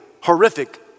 horrific